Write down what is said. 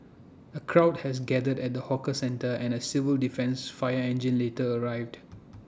A crowd has gathered at the hawker centre and A civil defence fire engine later arrived